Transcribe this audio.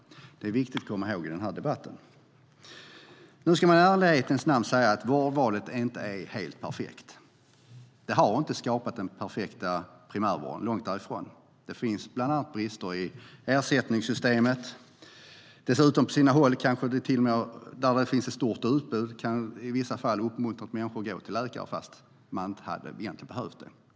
Det är viktigt att komma ihåg i den här debatten. Nu ska man i ärlighetens namn säga att vårdvalet inte är helt perfekt. Det har inte skapat den perfekta primärvården, långt därifrån. Det finns bland annat brister i ersättningssystemet. På sina håll där det finns ett stort utbud kan det i vissa fall ha uppmuntrat människor att gå till läkaren fast man egentligen inte hade behövt det.